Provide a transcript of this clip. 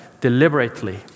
deliberately